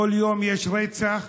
כל יום יש רצח,